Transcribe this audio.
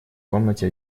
комнате